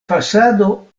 fasado